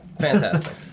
Fantastic